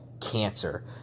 cancer